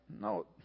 no